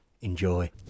Enjoy